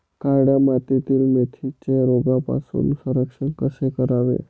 काळ्या मातीतील मेथीचे रोगापासून संरक्षण कसे करावे?